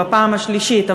בפעם השלישית.